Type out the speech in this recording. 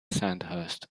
sandhurst